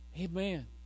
Amen